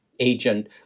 agent